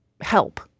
help